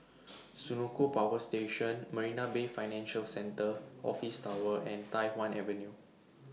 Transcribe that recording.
Senoko Power Station Marina Bay Financial Centre Office Tower and Tai Hwan Avenue